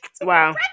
Wow